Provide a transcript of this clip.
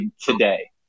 today